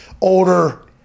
older